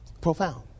Profound